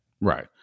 right